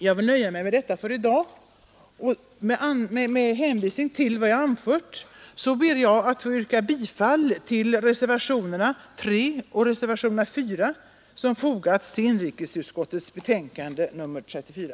Jag vill nöja mig med detta för i dag och ber med hänvisning till vad jag har anfört att få yrka bifall till reservationerna 3 och 4 som har fogats till inrikesutskottets betänkande nr 34.